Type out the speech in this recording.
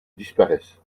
disparaisse